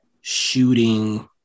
shooting